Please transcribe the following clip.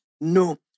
No